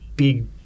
Big